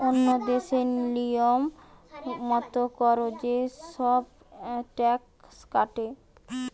ওন্য দেশে লিয়ম মত কোরে যে সব ট্যাক্স কাটে